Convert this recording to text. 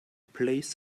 place